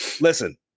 Listen